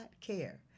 care